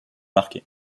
marqué